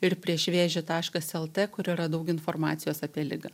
ir prieš vėžį taškas lt kur yra daug informacijos apie ligą